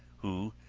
who,